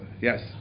Yes